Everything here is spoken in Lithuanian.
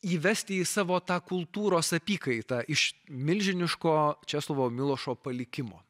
įvesti į savo tą kultūros apykaita iš milžiniško česlovo milošo palikimo